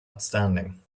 outstanding